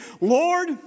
Lord